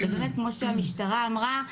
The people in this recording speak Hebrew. כמו שהמשטרה אמרה,